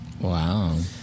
Wow